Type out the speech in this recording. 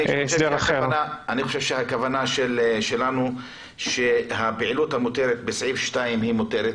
אני חושב שהכוונה שלנו היא שהפעילות המותרת בסעיף 2 מותרת,